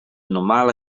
normale